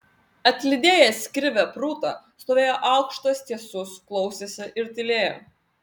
atlydėjęs krivę prūtą stovėjo aukštas tiesus klausėsi ir tylėjo